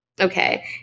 okay